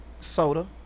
Soda